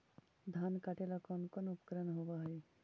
धान काटेला कौन कौन उपकरण होव हइ?